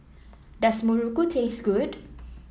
does muruku taste good